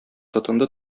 тотынды